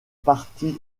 partie